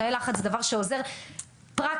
זה דבר שעוזר פרקטית,